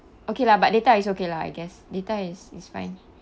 okay lah but data is okay lah I guess data is is fine